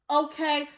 okay